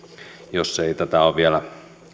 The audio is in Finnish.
jos ei tätä ole vielä